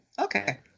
okay